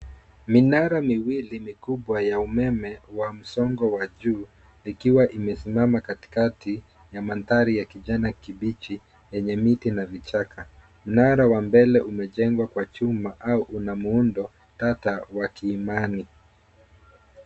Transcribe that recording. Minara mikubwa miwili ya umeme wa msongo wa juu ikiwa imesimama katikati ya mandhari ya kijani kibichi yenye miti na vichaka. Mnara wa mbele umejengwa kwa chuma au una muundo tata wa kiimani.